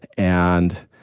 and